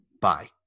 Bye